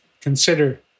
consider